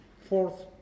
Fourth